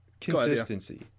consistency